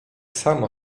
samo